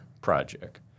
project